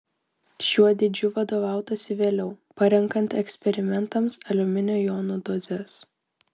šiuo dydžiu vadovautasi vėliau parenkant eksperimentams aliuminio jonų dozes